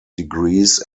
degrees